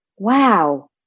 wow